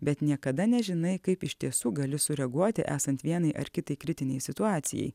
bet niekada nežinai kaip iš tiesų gali sureaguoti esant vienai ar kitai kritinei situacijai